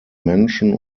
menschen